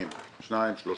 רציניים יותר, שניים שלושה.